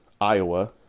Iowa